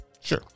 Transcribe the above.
Sure